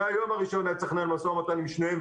מהיום הראשון היה צריך לנהל משא ומתן עם שניהם,